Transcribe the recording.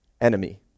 enemy